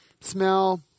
smell